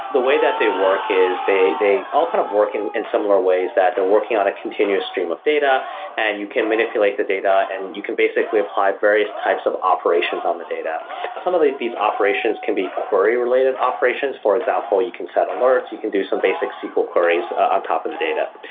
the way that they work is they they all kind of work in in similar ways that they're working on a continuous stream of data and you can manipulate the data and you can basically apply various types of operations on the data some of these these operations can be query-related operations. for example, you can set alerts, you can do some basic sql queries on top of the data.